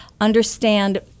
understand